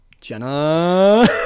Jenna